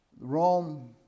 Rome